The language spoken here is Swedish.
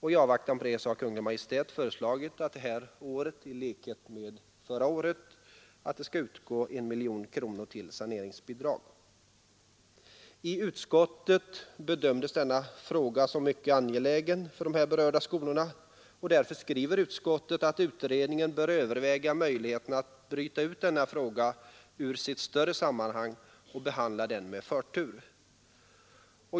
I avvaktan på det har Kungl. Maj:t föreslagit att det under detta år liksom under fjolåret skall utgå 1 miljon kronor till saneringsbidrag. I utskottet bedömdes den frågan som mycket angelägen för de berörda skolorna. Därför skriver utskottet att utredningen bör överväga möjligheterna att bryta ut denna fråga ur sitt större sammanhang och behandla den med förtur.